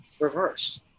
reverse